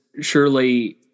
surely